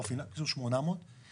אני